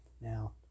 Now